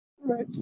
right